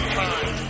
time